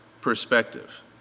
perspective